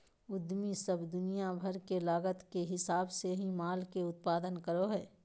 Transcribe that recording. उद्यमी सब दुनिया भर के लागत के हिसाब से ही माल के उत्पादन करो हय